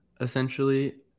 essentially